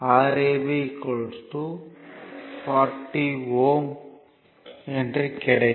555 Rab 40 Ω என்று கிடைக்கும்